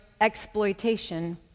exploitation